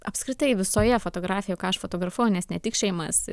apskritai visoje fotografijoj ką aš fotografuoju nes ne tik šeimas